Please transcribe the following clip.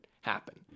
happen